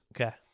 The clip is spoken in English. Okay